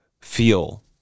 feel